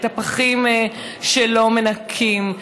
את הפחים שלא מנקים,